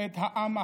את העם אחריהם: